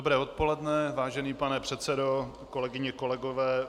Dobré odpoledne, vážený pane předsedo, kolegyně, kolegové.